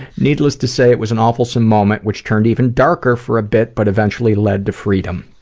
needless to say it was an awefulsome moment, which turned even darker for a bit but eventually led to freedom.